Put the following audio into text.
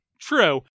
True